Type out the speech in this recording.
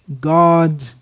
God